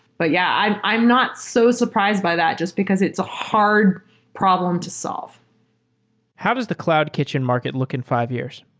but yeah, i'm i'm not so surprised by that just because it's a hard problem to solve how does the cloud kitchen market look in fi ve years?